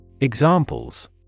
Examples